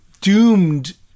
doomed